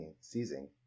seizing